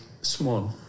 small